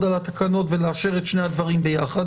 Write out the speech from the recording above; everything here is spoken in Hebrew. על התקנות ולאשר את שני הדברים ביחד,